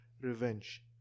revenge